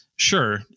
Sure